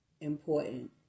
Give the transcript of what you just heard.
important